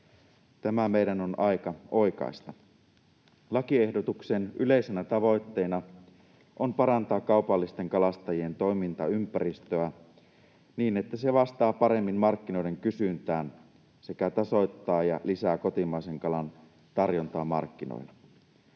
Tämä meidän on aika oikaista. Lakiehdotuksen yleisenä tavoitteena on parantaa kaupallisten kalastajien toimintaympäristöä niin, että se vastaa paremmin markkinoiden kysyntään sekä tasoittaa ja lisää kotimaisen kalan tarjontaa markkinoilla.